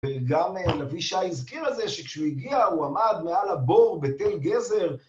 וגם לביא שי הזכיר הזה שכשהוא הגיע הוא עמד מעל הבור בתל גזר